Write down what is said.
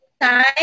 time